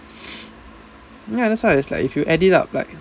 ya that's why it's like if you add it up like